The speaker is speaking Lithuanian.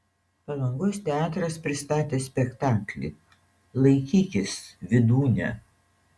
palangos teatras pristatė spektaklį laikykis vydūne